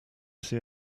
see